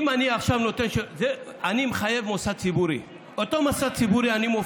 אני מחייב מוסד ציבורי, ואותו